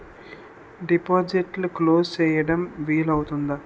డిపాజిట్లు క్లోజ్ చేయడం వీలు అవుతుందా?